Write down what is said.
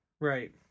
Right